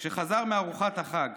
כשחזר מארוחת החג,